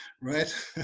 Right